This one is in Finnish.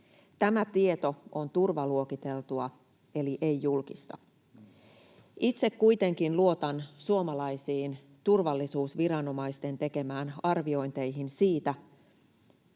Tämä tieto on turvaluokiteltua eli ei-julkista. Itse kuitenkin luotan suomalaisten turvallisuusviranomaisten tekemiin arviointeihin siitä,